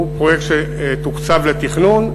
הוא פרויקט שתוקצב לתכנון.